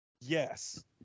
Yes